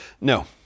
No